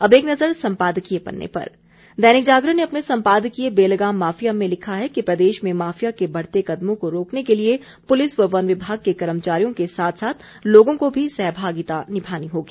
अब एक नज़र सम्पादकीय पन्ने पर दैनिक जागरण ने अपने सम्पादकीय बेलगाम माफिया में लिखा है कि प्रदेश में माफिया के बढ़ते कदमों को रोकने के लिये पुलिस व वन विभाग के कर्मचारियों के साथ साथ लोगों को भी सहभागिता निभानी होगी